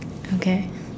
okay